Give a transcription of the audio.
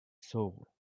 soul